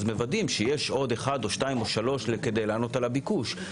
אז מוודאים שיש עוד אחד או שניים או שלושה כדי לענות על הביקוש.